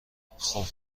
خوب